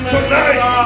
Tonight